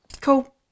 Cool